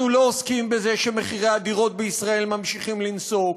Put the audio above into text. אנחנו לא עוסקים בזה שמחירי הדירות בישראל ממשיכים לנסוק,